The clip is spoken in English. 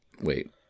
wait